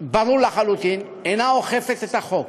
ברור לחלוטין, אינה אוכפת את החוק.